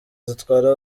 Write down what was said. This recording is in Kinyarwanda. zitwara